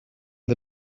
the